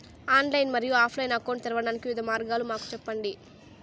Online మరియు offline account తెరవడానికి వివిధ మార్గాలు మాకు సెప్పండి?